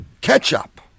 Ketchup